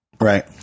Right